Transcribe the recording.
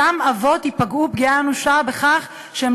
אותם אבות ייפגעו פגיעה אנושה בכך שהם